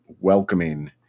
welcoming